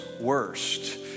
worst